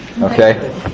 Okay